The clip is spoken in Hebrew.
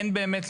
אין באמת,